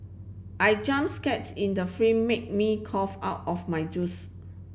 I jump scares in the film made me cough out of my juice